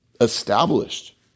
established